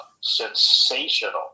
sensational